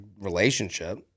relationship